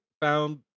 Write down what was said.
found